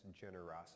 generosity